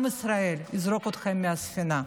עם ישראל יזרוק אתכם מהספינה.